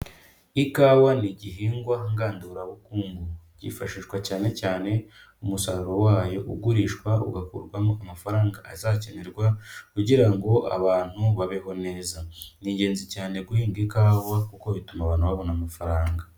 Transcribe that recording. Ikawa ni igihingwa ngandurabukungu kifashishwa cyane cyane umusaruro wayo ugurishwa ugakurwamo amafaranga azakenerwa kugira ngo abantu babeho neza, ni ingenzi cyane guhinga ikawa kuko bituma abantu babona amafaranga.